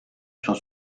sur